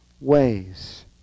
ways